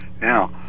Now